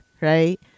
Right